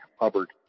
Hubbard